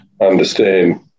understand